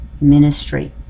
ministry